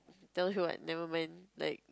tell you I never meant like